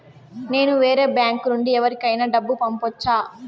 నేను వేరే బ్యాంకు నుండి ఎవరికైనా డబ్బు పంపొచ్చా?